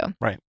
Right